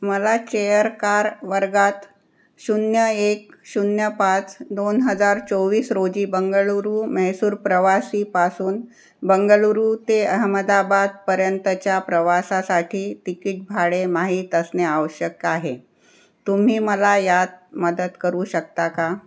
मला chair car वर्गात शून्य एक शून्य पाच दोन हजार चोवीस रोजी बंगळुरू मैसूर प्रवासीपासून बंगळुरू ते अहमदाबादपर्यंतच्या प्रवासासाठी तिकीट भाडे माहीत असणे आवश्यक आहे तुम्ही मला यात मदत करू शकता का